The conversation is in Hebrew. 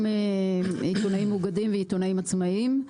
גם עיתונאים מאוגדים וגם עיתונאים עצמאיים.